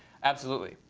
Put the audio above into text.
absolutely.